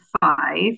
five